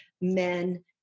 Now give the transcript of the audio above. men